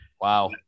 Wow